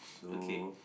okay